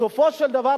בסופו של דבר,